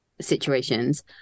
situations